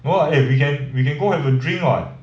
no lah eh we can we can go have a drink [what]